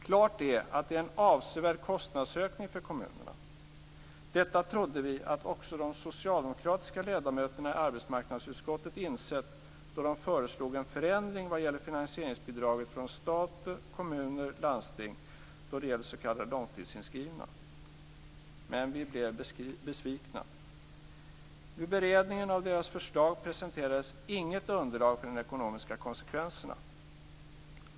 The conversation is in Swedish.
Klart är att det är en avsevärd kostnadsökning för kommunerna. Detta trodde vi att också de socialdemokratiska ledamöterna i arbetsmarknadsutskottet hade insett då de föreslog en förändring i fråga om finansieringsbidraget från stat, kommuner och landsting när det gäller s.k. långtidsinskrivna. Men vi blev besvikna. Vid beredningen av deras förslag presenterades inget underlag för de ekonomiska konsekvenserna.